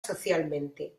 socialmente